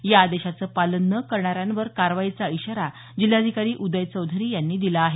या आदेशाचं पालन न करणाऱ्यांवर कारवाईचा इशारा जिल्हाधिकारी उदय चौधरी यांनी दिला आहे